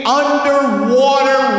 underwater